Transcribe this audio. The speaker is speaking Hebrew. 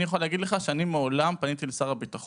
אני יכול להגיד לך שפניתי לשר הביטחון